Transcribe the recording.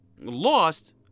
Lost